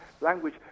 language